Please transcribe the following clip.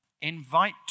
Invite